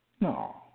No